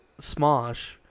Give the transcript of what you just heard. Smosh